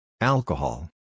Alcohol